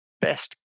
best